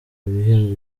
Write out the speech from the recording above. ibihembo